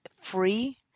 free